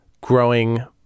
growing